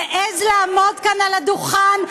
מעז לעמוד כאן על הדוכן,